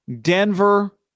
Denver